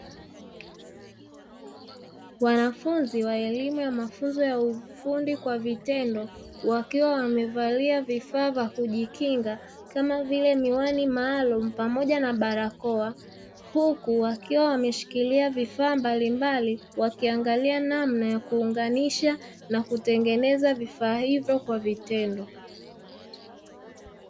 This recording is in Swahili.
Wanafunzi wa elimu ya mafunzo ya ufundi kwa vitendo wakiwa wamevalia vifaa vya kujikinga kama vile miwani maalumu pamoja na barakoa, huku wakiwa wameshikilia vifaa mbalimbali wakiangalia namna ya kuunganisha na kutengeneza vifaa hivyo kwa vitendo.